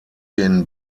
den